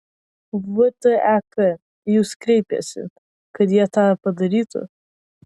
vtek į jus kreipėsi kad jie tą padarytų